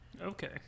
Okay